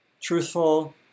truthful